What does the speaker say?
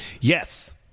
Yes